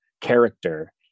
character